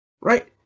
Right